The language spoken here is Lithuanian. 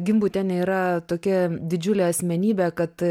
gimbutienė yra tokia didžiulė asmenybė kad